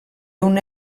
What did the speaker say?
una